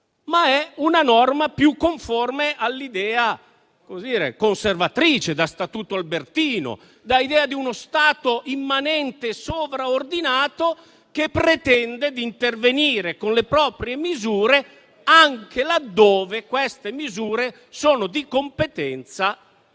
ma è una norma più conforme all'idea conservatrice, da Statuto albertino, che dà l'idea di uno Stato immanente sovraordinato che pretende di intervenire con le proprie misure anche laddove queste misure sono di competenza del